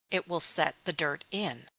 it will set the dirt in.